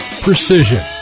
precision